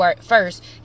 first